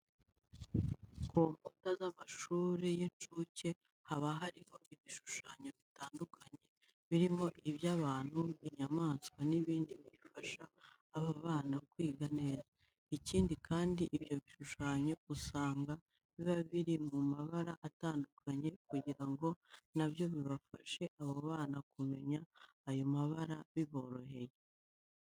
Ku nkuta z'amashuri y'incuke haba hariho ibishushanyo bitandukanye birimo iby'abantu, inyamaswa n'ibindi bifasha aba bana kwiga neza. Ikindi kandi, ibyo bishushanyo usabga biba biri mu mabara atandukanye kugira ngo na byo bifashe abo bana kumenya ayo mabara biboreheye.